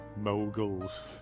moguls